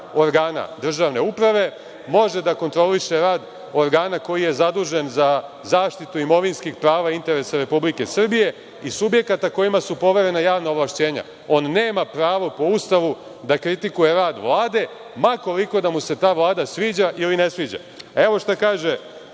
organa državne uprave, može da kontroliše rad organa koji je zadužen za zaštitu imovinskih prava i interesa Republike Srbije i subjekata kojima su poverena javna ovlašćenja. On nema pravo po Ustavu da kritikuje rad Vlade, ma koliko da mu se ta Vlada sviđa ili ne sviđa. Evo šta kaže